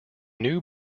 new